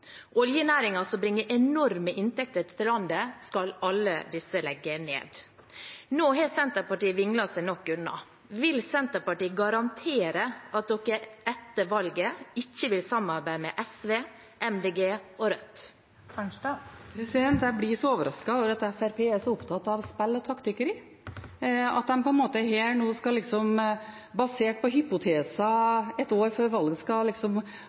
som bringer enorme inntekter til landet, skal alle disse legge ned. Nå har Senterpartiet vinglet seg nok unna. Vil Senterpartiet garantere at de etter valget ikke vil samarbeide med SV, Miljøpartiet De Grønne eller Rødt? Jeg blir så overrasket over at Fremskrittspartiet er så opptatt av spill og taktikkeri at de her og nå, basert på hypoteser et år før valget, liksom skal